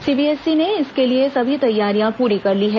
CBSE ने इसके लिए सभी तैयारियां पूरी कर ली हैं